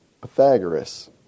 Pythagoras